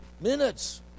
minutes